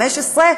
15,